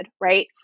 right